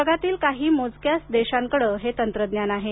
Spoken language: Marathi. जगातील काही मोजक्याच देशांकर्ड हे तंत्रज्ञान आहे